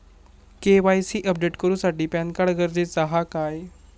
KYC update करूसाठी PAN card गरजेचा हा काय?